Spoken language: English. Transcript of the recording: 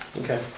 Okay